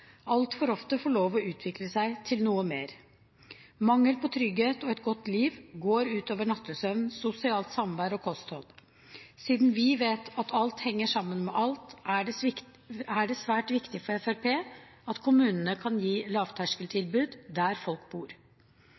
altfor ofte få utvikle seg til noe mer. Mangel på trygghet og et godt liv går ut over nattesøvn, sosialt samvær og kosthold. Siden vi vet at alt henger sammen med alt, er det svært viktig for Fremskrittspartiet at kommunene kan gi lavterskeltilbud der folk bor.